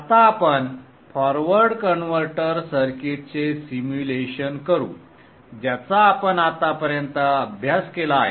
आता आपण forward converter सर्किटचे सिम्युलेशन करू ज्याचा आपण आतापर्यंत अभ्यास केला आहे